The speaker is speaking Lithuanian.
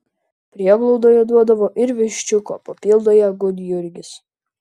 prieglaudoje duodavo ir viščiuko papildo ją gudjurgis